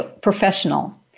professional